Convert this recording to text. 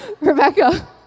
Rebecca